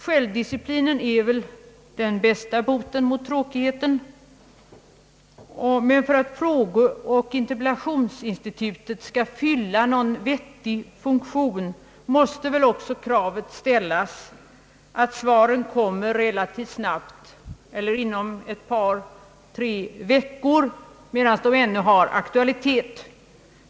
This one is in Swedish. Självdisciplinen är väl den bästa boten mot tråkigheten, men för att frågeoch interpellationsinstitutet skall fylla någon vettig funktion, måste väl även kravet ställas att svar lämnas relativt snabbt eller inom ett par tre veckor medan frågorna ännu har aktualitet.